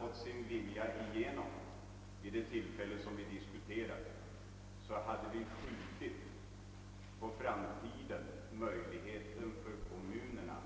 fått sin vilja igenom vid det tillfälle som vi diskuterar hade vi skjutit på framtiden möjligheterna för kommunerna